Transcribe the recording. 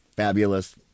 Fabulous